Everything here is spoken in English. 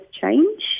change